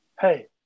hey